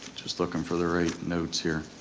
just looking for the right notes here.